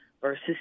versus